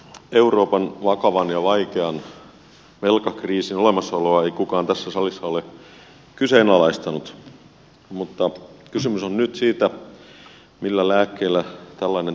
euroopan vakavan ja vaikean velkakriisin olemassaoloa ei kukaan tässä salissa ole kyseenalaistanut mutta kysymys on nyt siitä millä lääkkeillä tällainen tauti parannetaan